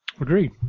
agreed